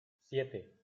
siete